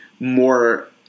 more